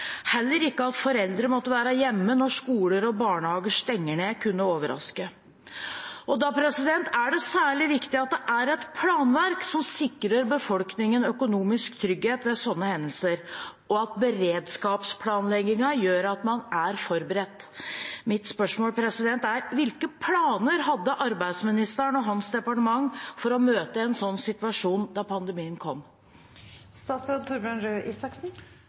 Heller ikke at foreldre måtte være hjemme når skoler og barnehager stengte ned, kunne overraske. Da er det særlig viktig at det er et planverk som sikrer befolkningen økonomisk trygghet ved sånne hendelser, og at beredskapsplanleggingen gjør at man er forberedt. Mitt spørsmål er: Hvilke planer hadde arbeidsministeren og hans departement for å møte en sånn situasjon da pandemien